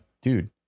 dude